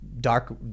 dark